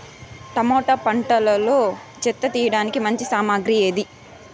Tomato పంటలో చెత్త తీయడానికి మంచి సామగ్రి ఏది?